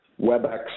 WebEx